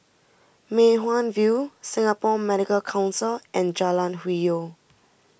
Mei Hwan View Singapore Medical Council and Jalan Hwi Yoh